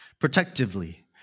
protectively